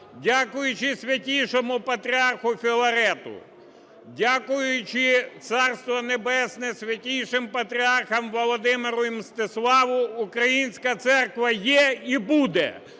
Дякуючи Святійшому Патріарху Філарету, дякуючи, Царство Небесне, святійшим патріархам Володимиру і Мстиславу, українська церква є і буде.